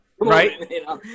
right